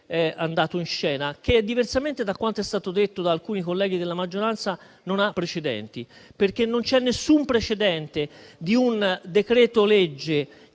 è andato in scena, che, diversamente da quanto è stato detto da alcuni colleghi della maggioranza, non ha precedenti, perché non c'è nessun precedente di un decreto-legge